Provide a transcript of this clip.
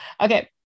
okay